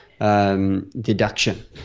deduction